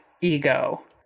ego